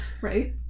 Right